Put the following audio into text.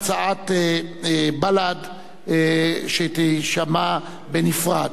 הצעת בל"ד שתישמע בנפרד.